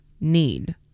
need